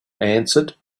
answered